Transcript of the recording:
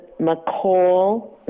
McCall